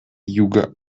юга